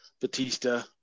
Batista